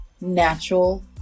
natural